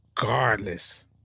Regardless